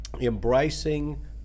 embracing